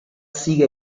sigue